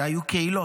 היו קהילות,